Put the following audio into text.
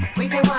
we